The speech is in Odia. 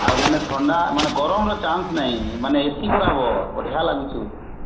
ଆଉ ମାନେ ଥଣ୍ଡା ମାନେ ଗରମର ଚାନ୍ସ ନାହିଁ ମାନେ ଏ ସି ବରାବର ବଢ଼ିଆ ଲାଗୁଛି